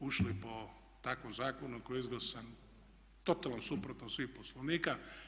ušli po takvom zakonu koji je izglasan totalno suprotno od svih poslovnika.